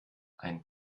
ein